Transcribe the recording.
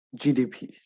GDPs